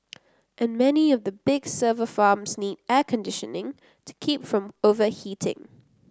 and many of the big server farms need air conditioning to keep from overheating